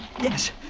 Yes